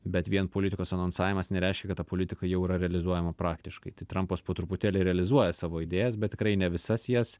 bet vien politikos anonsavimas nereiškia kad ta politika jau yra realizuojama praktiškai tai trampas po truputėlį realizuoja savo idėjas bet tikrai ne visas jas